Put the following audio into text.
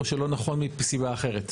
או שזה לא נכון מסיבה אחרת?